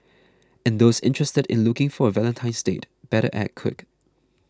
and those interested in looking for a Valentine's date better act quick